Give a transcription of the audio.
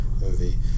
movie